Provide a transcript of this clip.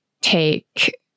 take